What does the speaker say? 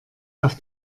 auf